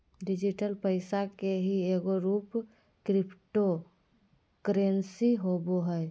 digital पैसा के ही एगो रूप क्रिप्टो करेंसी होवो हइ